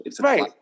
Right